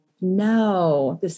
No